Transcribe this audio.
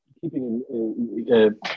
keeping